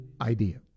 idea